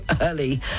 early